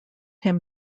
him